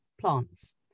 plants